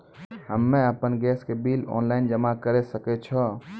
हम्मे आपन गैस के बिल ऑनलाइन जमा करै सकै छौ?